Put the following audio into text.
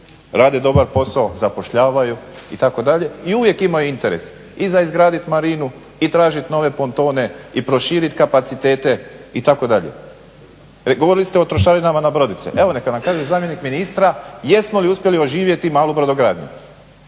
rade dobar posao, zapošljavaju itd. i uvijek imaju interes i za izgraditi marinu i tražiti nove pontone i proširiti kapacitete itd. Govorili ste o trošarinama na brodice, evo neka nam kaže zamjenik ministra jesmo li uspjeli oživjeti malu brodogradnju?